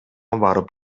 барып